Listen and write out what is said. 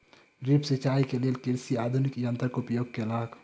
drip सिचाई के लेल कृषक आधुनिक यंत्रक उपयोग केलक